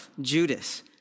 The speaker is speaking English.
Judas